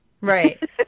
right